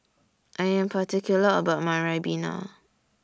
I Am particular about My Ribena